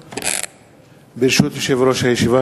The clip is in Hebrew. ברשות יושב-ראש הישיבה,